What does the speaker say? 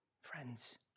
Friends